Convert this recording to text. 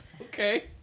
Okay